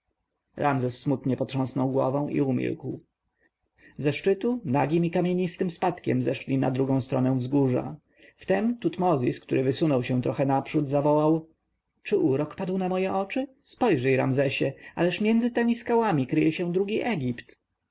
ramzes smutnie potrząsnął głową i umilkł ze szczytu nagim i kamienistym spadkiem zeszli na drugą stronę wzgórza wtem tutmozis który wysunął się trochę naprzód zawołał czy urok padł na moje oczy spojrzyj ramzesie ależ między tymi skałami kryje się drugi egipt